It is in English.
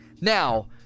Now